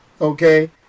Okay